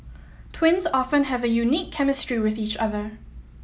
twins often have a unique chemistry with each other